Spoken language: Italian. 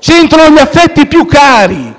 genitori, gli affetti più cari